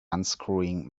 unscrewing